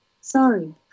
Sorry